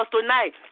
tonight